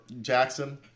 jackson